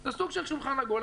זה סוג של שולחן עגול,